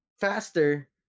faster